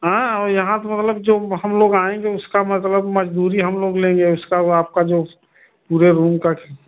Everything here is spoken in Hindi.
हाँ और यहाँ तो मतलब जो हम लोग आएँगे उसका मतलब मज़दूरी हम लोग लेंगे उसका वह आपका जो पूरे रूम का